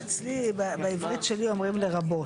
אצלי, בעברית שלי אומרים לרבות.